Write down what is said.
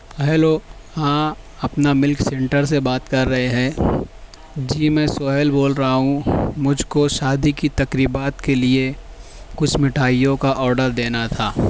hello ہاں اپنا ملک سنٹر سے بات کر رہے ہیں جی میں سہیل بول رہا ہوں مجھ کو شادی کی تقریبات کے لیے کچھ مٹھائیوں کا آڈر دینا تھا